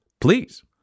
Please